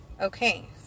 okay